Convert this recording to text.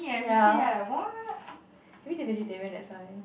ya maybe they vegetarian that's why